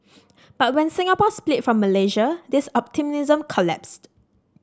but when Singapore split from Malaysia this optimism collapsed